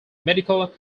medical